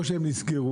או שהם נסגרו,